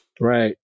right